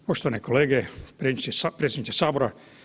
Poštovane kolege, predsjedniče Sabora.